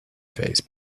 phase